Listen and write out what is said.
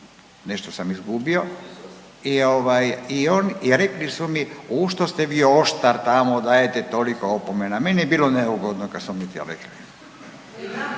nešto sam izgubio i on i rekli ste mi u što ste vi oštar tamo dajete toliko opomena, meni je bilo neugodno kad su mi to rekli.